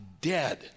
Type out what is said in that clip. dead